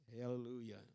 Hallelujah